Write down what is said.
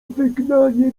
wygnanie